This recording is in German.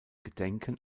gedenken